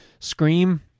scream